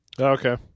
okay